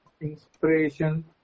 inspiration